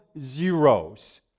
zeros